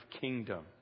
kingdom